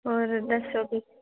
ਹੋਰ ਦੱਸੋ ਕੀ